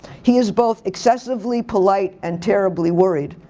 he is both excessively polite and terribly worried.